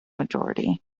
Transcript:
majority